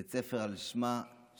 בית ספר על שמה של